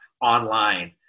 online